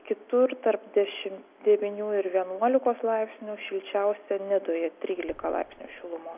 kitur tarp dešim devynių ir vienuolikos laipsnių šilčiausia nidoje trylika laipsnių šilumos